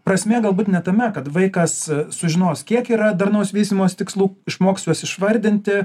prasmė galbūt ne tame kad vaikas sužinos kiek yra darnaus vystymosi tikslų išmoks juos išvardinti